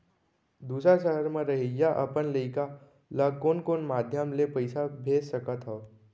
दूसर सहर म रहइया अपन लइका ला कोन कोन माधयम ले पइसा भेज सकत हव?